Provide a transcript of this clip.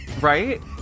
right